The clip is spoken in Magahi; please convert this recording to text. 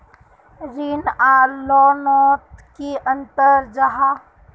ऋण आर लोन नोत की अंतर जाहा?